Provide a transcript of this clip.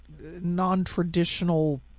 non-traditional